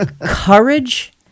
Courage